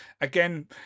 again